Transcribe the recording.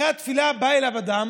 אחרי התפילה בא אליו אדם,